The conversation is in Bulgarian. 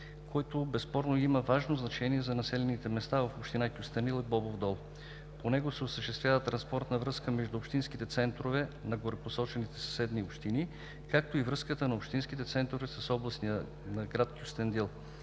който безспорно има важно значение за населените места в община Кюстендил и Бобов дол. По него се осъществява транспортна връзка между общинските центрове на горепосочените съседни общини, както и връзката на общинските центрове с областния град Кюстендил.